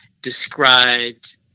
described